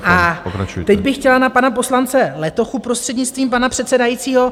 A teď bych chtěla na pana poslance Letochu, prostřednictvím pana předsedajícího.